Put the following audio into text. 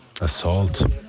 assault